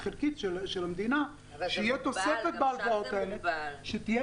חלקית של המדינה שתהיה תוספת בהלוואות האלה.